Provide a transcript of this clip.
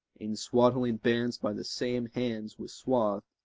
in swaddling bands by the same hands was swathed,